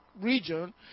region